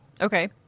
Okay